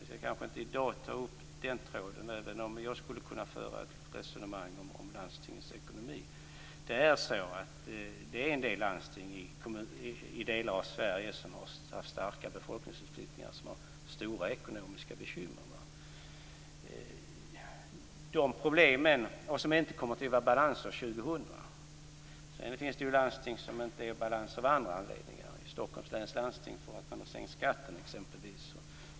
Vi skall kanske inte i dag ta upp den tråden, även om jag skulle kunna föra ett resonemang om landstingens ekonomi. En del landsting i delar av Sverige med stark befolkningsutflyttning har stora ekonomiska bekymmer och kommer inte att vara i balans år 2000. Nu finns det landsting som inte är i balans av andra anledningar. I Stockholms läns landsting har man exempelvis sänkt skatten.